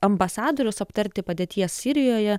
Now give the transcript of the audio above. ambasadoriaus aptarti padėties sirijoje